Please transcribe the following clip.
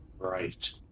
Right